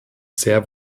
sehr